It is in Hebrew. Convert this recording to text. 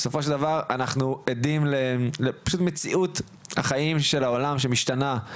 בסופו של דבר אנחנו עדים לפשוט מציאות העולם שהיא